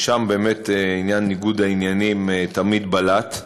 ששם באמת עניין ניגוד העניינים בלט תמיד,